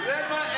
זהו?